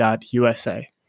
USA